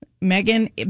Megan